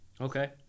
Okay